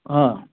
অঁ